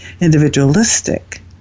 individualistic